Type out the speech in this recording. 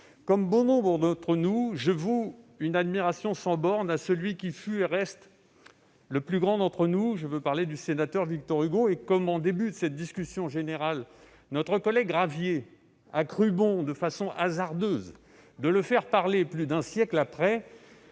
comme bon nombre de sénateurs, je voue une admiration sans bornes à celui qui fut et reste le plus grand d'entre nous : je veux parler du sénateur Victor Hugo. Au début de cette discussion générale, notre collègue Ravier ayant cru bon, de façon hasardeuse, de le faire parler plus d'un siècle après